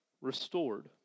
restored